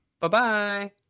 Bye-bye